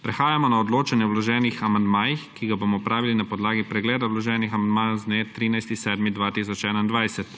Prehajamo na odločanje o vloženih amandmajih, ki ga bomo opravili na podlagi pregleda vloženih amandmajev z dne 13. 7. 2021.